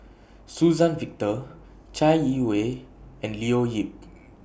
Suzann Victor Chai Yee Wei and Leo Yip